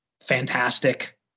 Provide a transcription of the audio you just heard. fantastic